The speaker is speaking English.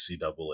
NCAA